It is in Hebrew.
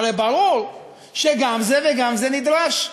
הרי ברור שגם זה וגם זה נדרש.